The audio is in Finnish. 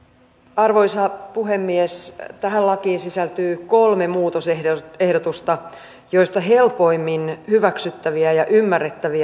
arvoisa puhemies tähän lakiin sisältyy kolme muutosehdotusta joista helpommin hyväksyttävä ja ja ymmärrettävä